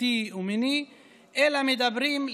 דתי ומיני אלא מדברים,